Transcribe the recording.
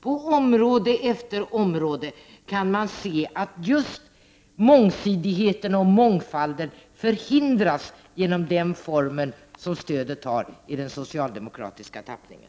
På område efter område kan man se att just mångsidigheten och mångfalden förhindras genom den form som stödet har i den socialdemokratiska tappningen.